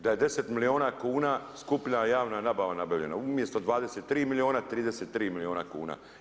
Da je 10 milijuna kuna skuplja javna nabava nabavljena, umjesto 23 milijuna 33 milijuna kuna.